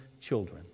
children